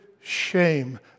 shame